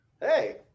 Hey